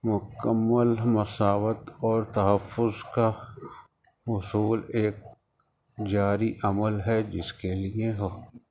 مکمل مساوات اور تحفظ کا حصول ایک جاری عمل ہے جس کے لیے